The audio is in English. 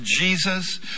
Jesus